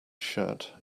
shirt